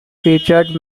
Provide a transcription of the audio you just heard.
featured